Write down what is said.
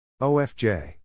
OFJ